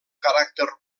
caràcter